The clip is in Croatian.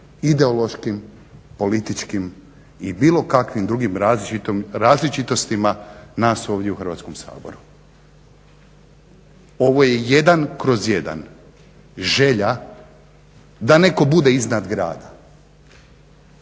ideološkim, političkim i bilo kakvim drugim različitostima nas ovdje u Hrvatskom saboru. Ovo je 1/1 želja da netko bude iznad grada,